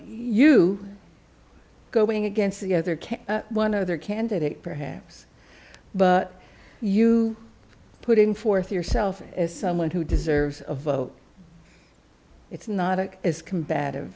you going against the other care one of their candidate perhaps but you putting forth yourself as someone who deserves a vote it's not as combative